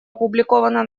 опубликована